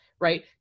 right